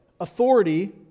authority